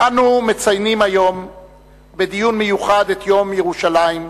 אנו מציינים היום בדיון מיוחד את יום ירושלים,